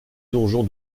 donjon